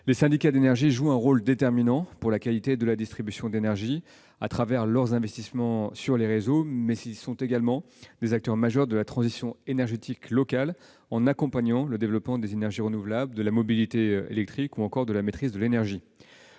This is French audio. Les syndicats d'énergie jouent un rôle déterminant dans la qualité de la distribution d'énergie, au travers de leurs investissements dans les réseaux, mais ils sont également des acteurs majeurs de la transition énergétique locale, en accompagnant le développement des énergies renouvelables, de la mobilité électrique et de la maîtrise de l'énergie.